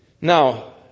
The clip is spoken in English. Now